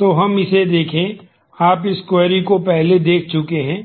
तो हम इसे देखें आप इस क्वेरी को पहले देख चुके हैं